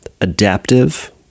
adaptive